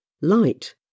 light